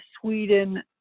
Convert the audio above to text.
Sweden